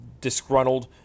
disgruntled